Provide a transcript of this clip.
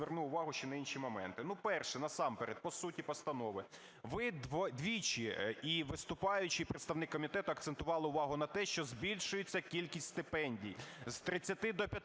зверну увагу ще на інші моменти. Перше, насамперед по суті постанови. Ви двічі, і виступаючий, і представник комітету, акцентували увагу на те, що збільшується кількість стипендій